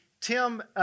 Tim